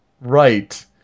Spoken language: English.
right